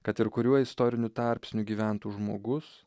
kad ir kuriuo istoriniu tarpsniu gyventų žmogus